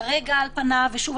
כרגע על פניו ושוב,